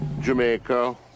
Jamaica